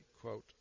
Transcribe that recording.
quote